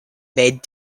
made